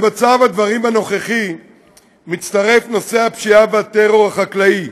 למצב הדברים הנוכחי מצטרף נושא הפשיעה והטרור החקלאי,